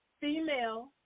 female